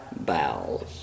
bowels